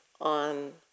on